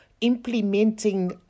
Implementing